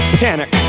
panic